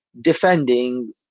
defending